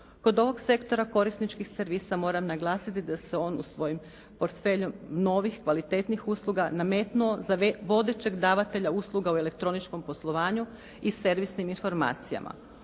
Kod ovog sektora korisničkih servisa moram naglasiti da se on u svom portfelju novih kvalitetnijih usluga nametnuo za vodećeg davatelja u elektroničkom poslovanju i servisnim informacijama.